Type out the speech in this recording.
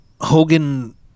Hogan